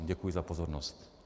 Děkuji za pozornost.